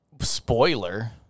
Spoiler